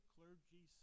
Clergy